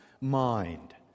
mind